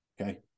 Okay